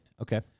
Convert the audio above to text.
Okay